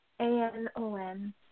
A-N-O-N